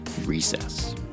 Recess